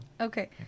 Okay